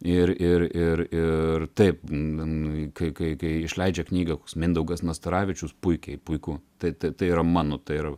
ir ir ir ir taip nu nu kai kai kai išleidžia knygą koks mindaugas nastaravičius puikiai puiku taip tai yra mano tai yra